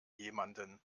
jemanden